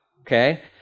Okay